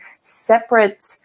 separate